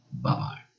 Bye-bye